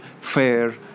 fair